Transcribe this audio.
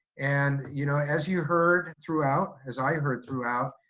and you know as you heard throughout, as i heard throughout,